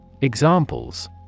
Examples